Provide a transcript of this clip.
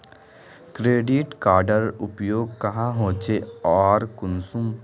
Credit कार्डेर उपयोग क्याँ होचे आर कुंसम?